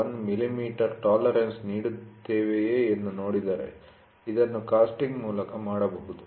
1 millimetre tolerance ನೀಡುತ್ತೇವೆಯೇ ಎಂದು ನೋಡಿದರೆ ಇದನ್ನು ಕಾಸ್ಟಿಂಗ್ ಮೂಲಕ ಮಾಡಬಹುದು